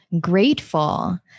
grateful